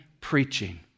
preaching